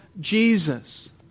Jesus